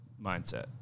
mindset